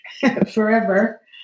forever